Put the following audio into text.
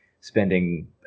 spending